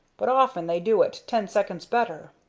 but often they do it ten seconds better.